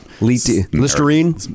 Listerine